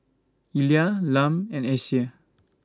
Elia Lum and Acie